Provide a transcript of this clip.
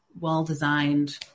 well-designed